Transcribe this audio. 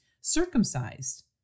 Circumcised